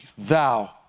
Thou